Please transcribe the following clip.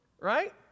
right